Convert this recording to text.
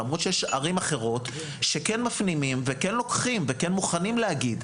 למרות שיש ערים אחרות שכן מפנימים וכן מוכנים להגיד.